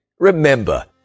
Remember